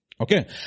Okay